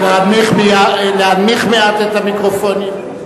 להנמיך מעט את המיקרופונים.